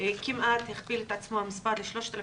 המספר כמעט הכפיל את עצמו ל-3,646.